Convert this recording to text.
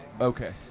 Okay